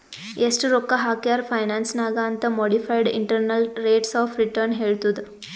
ಎಸ್ಟ್ ರೊಕ್ಕಾ ಹಾಕ್ಯಾರ್ ಫೈನಾನ್ಸ್ ನಾಗ್ ಅಂತ್ modified internal rates of return ಹೇಳತ್ತುದ್